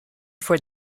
for